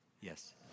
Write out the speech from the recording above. Yes